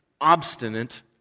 obstinate